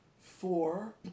Four